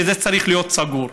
שזה צריך להיות סגור.